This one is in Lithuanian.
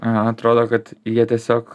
aha atrodo kad jie tiesiog